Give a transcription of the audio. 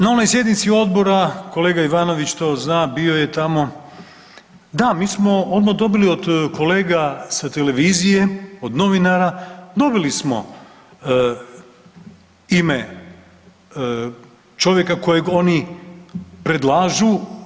Na onoj sjednici Odbora kolega Ivanović to zna, bio je tamo, da mi smo ono dobili od kolega sa Televizije od novinara dobili smo ime čovjeka kojeg oni predlažu.